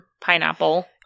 pineapple